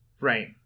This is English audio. Right